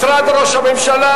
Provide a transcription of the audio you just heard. משרד ראש הממשלה,